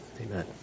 Amen